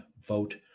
vote